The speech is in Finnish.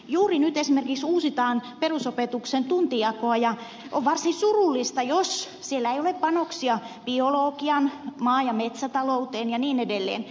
juuri nyt esimerkiksi uusitaan perusopetuksen tuntijakoa ja on varsin surullista jos siellä ei ole panoksia biologiaan maa ja metsätalouteen ja niin edelleen